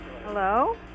Hello